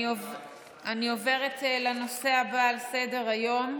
אני עוברת לנושא הבא על סדר-היום.